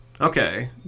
Okay